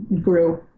grew